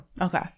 Okay